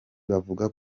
bavuga